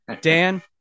Dan